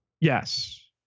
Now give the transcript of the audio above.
Yes